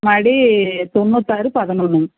மறுபடி தொண்ணூற்தாறு பதினொன்று